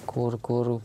kur kur